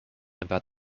about